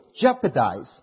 jeopardize